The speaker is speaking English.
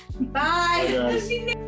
Bye